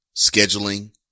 scheduling